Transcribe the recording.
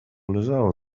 leżało